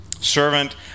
servant